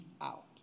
out